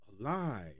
alive